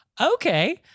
okay